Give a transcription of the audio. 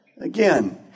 again